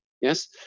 Yes